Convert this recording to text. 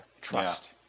trust